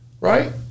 right